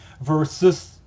versus